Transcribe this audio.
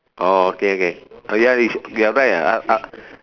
orh okay okay oh ya is we right uh uh